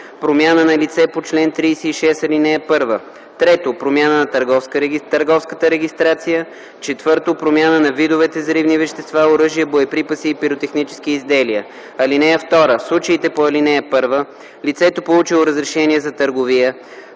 промяна на лице по чл. 36, ал. 1; 3. промяна на търговската регистрация; 4. промяна на видовете взривни вещества, оръжия, боеприпаси и пиротехнически изделия. (2) В случаите по ал. 1 лицето, получило разрешение за търговия,